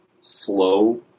slow